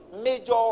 major